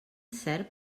cert